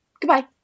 Goodbye